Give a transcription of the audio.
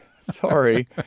Sorry